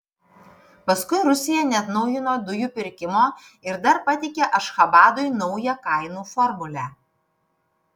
paskui rusija neatnaujino dujų pirkimo ir dar pateikė ašchabadui naują kainų formulę